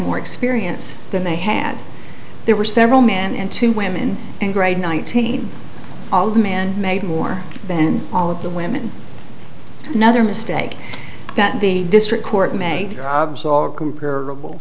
more experience than they had there were several men and two women and grade nineteen all the man made more than all of the women another mistake that the district court made gobs of comparable